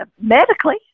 medically